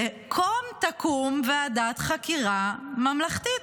וקום תקום ועדת חקירה ממלכתית.